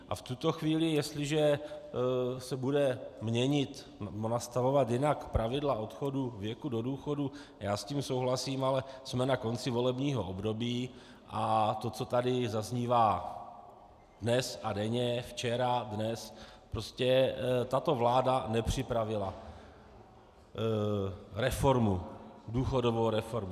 A v tuto chvíli jestliže se bude měnit, nebo nastavovat jinak pravidla odchodu věku do důchodu, a já s tím souhlasím ale jsme na konci volebního období, a co tady zaznívá dnes a denně, včera, dnes, prostě tato vláda nepřipravila důchodovou reformu.